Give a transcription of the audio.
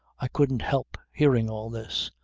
i couldn't help hearing all this,